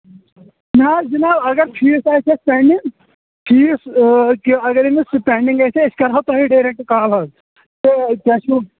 نہ حظ یِن حظ اگر فیٖس آسہِ ہس پینٛڈِنٛگ فیٖس اگرأمِس سُہ آسہِ ہا پینٛڈِنٛگ أسۍ کَرہو تۄہہِ ڈیریکٹ کال حظ تہٕ کیاہ چھُ